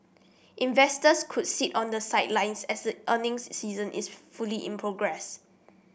investors could sit on the sidelines as the earnings season is fully in progress